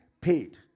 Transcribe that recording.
paid